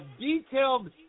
detailed